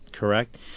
Correct